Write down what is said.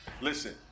Listen